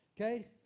okay